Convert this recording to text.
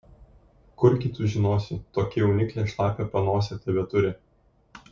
kurgi tu žinosi tokia jauniklė šlapią panosę tebeturi